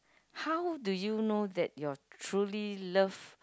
how do you know that your truly love